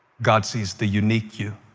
god sees the unique you